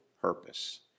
purpose